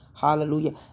Hallelujah